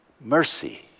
mercy